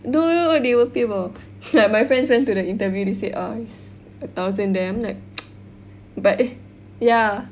no no no they will pay more like my friends went to the interview they say ah it's a thousand there I'm like but ya